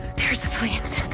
there's civilians